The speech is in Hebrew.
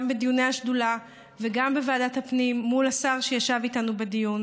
גם בדיוני השדולה וגם בוועדת הפנים מול השר שישב איתנו בדיון,